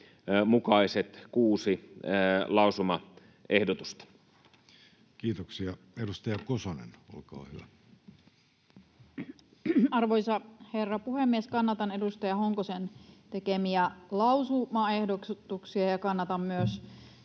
mukaiset kuusi lausumaehdotusta. Kiitoksia. — Edustaja Kosonen, olkaa hyvä. Arvoisa herra puhemies! Kannatan edustaja Honkosen tekemiä lausumaehdotuksia. Kannatan myös